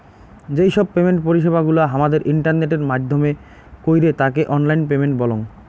যেই সব পেমেন্ট পরিষেবা গুলা হামাদের ইন্টারনেটের মাইধ্যমে কইরে তাকে অনলাইন পেমেন্ট বলঙ